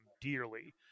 dearly